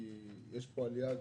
כי יש פה עלייה.